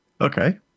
Okay